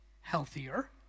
healthier